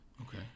Okay